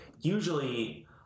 usually